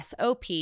SOP